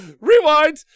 rewind